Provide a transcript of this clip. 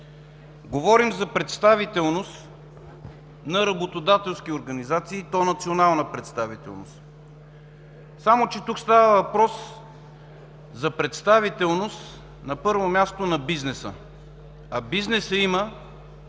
говорим за представителност на работодателски организации и то национална представителност. Само че тук става въпрос за представителност, на първо място, на бизнеса, а той има